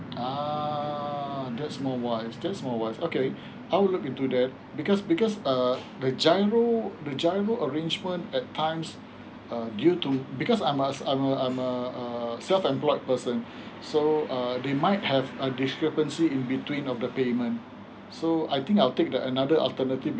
ah that's more wise that's more wise was okay um I'll look into that because because um the G_I_R_O the G_I_R_O arrangement at times uh due to because I'm a I'm a a a self employed person so uh they might have a discrepancy in between of the payments mm so I think I'll take the another alternative